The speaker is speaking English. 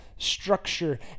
structure